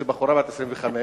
איזו בחורה בת 25,